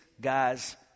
guys